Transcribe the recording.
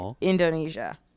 Indonesia